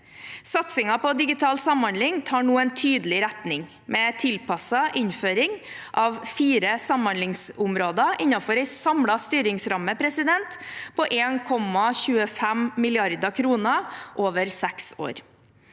Satsingen på digital samhandling tar nå en tydelig retning, med tilpasset innføring av fire samhandlingsområder innenfor en samlet styringsramme på 1,25 mrd. kr over seks år.